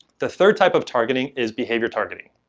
the third type of targeting is behavior targeting,